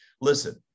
listen